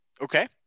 Okay